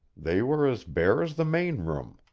they were as bare as the main room.